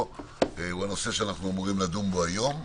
הוא הנושא שאנחנו אמורים לדון בו היום.